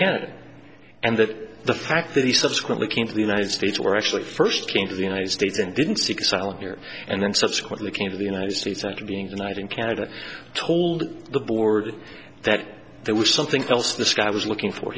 canada and that the fact that he subsequently came to the united states or actually first came to the united states and didn't seek asylum here and then subsequently came to the united states after being a night in canada told the board that there was something else this guy was looking for